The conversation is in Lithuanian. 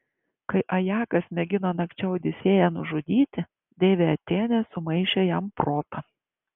kai ajakas mėgino nakčia odisėją nužudyti deivė atėnė sumaišė jam protą